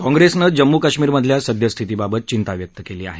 काँगेसनं जम्मू कश्मीरमधल्या सद्यस्थितीबाबत चिंता व्यक्त केली आहे